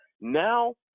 Now